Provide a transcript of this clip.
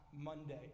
Monday